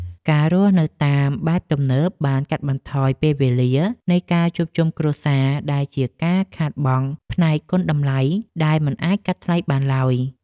ការរស់នៅតាមបែបទំនើបបានកាត់បន្ថយពេលវេលានៃការជួបជុំគ្រួសារដែលជាការខាតបង់ផ្នែកគុណតម្លៃដែលមិនអាចកាត់ថ្លៃបានឡើយ។